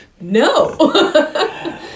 no